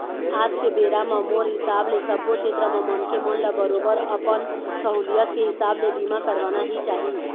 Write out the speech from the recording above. आज के बेरा म मोर हिसाब ले सब्बो छेत्र म मनखे मन ल बरोबर अपन सहूलियत के हिसाब ले बीमा करवाना ही चाही